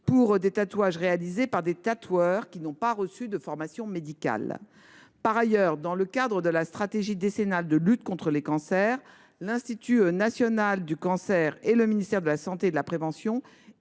les tatoueurs qui la pratiquent n’ayant pas reçu de formation médicale. Par ailleurs, dans le cadre de la stratégie décennale de lutte contre les cancers, l’Institut national du cancer et le ministère de la santé et de la prévention